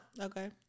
Okay